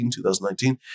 2019